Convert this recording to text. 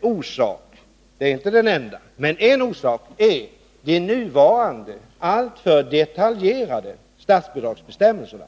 orsak — inte den enda — är de nuvarande alltför detaljerade statsbidragsbestämmelserna.